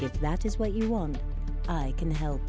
you that is what you want i can help